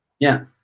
yeah.